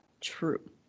true